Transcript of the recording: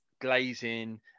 glazing